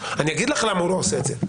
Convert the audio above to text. אני אגיד לך למה הוא לא עושה את זה.